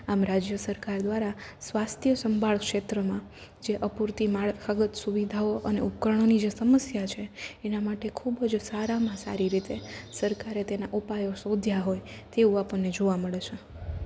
આમ રાજ્ય સરકાર દ્વારા સ્વાસ્થ્ય સંભાળ ક્ષેત્રમાં જે અપૂરતી માળખાગત સુવિધાઓ અને ઉપકરણોની જે સમસ્યા છે એના માટે ખૂબ સારામાં સારી રીતે સરકારે તેના ઉપાયો શોધ્યાં હોય તેવું આપણને જોવા મળે છે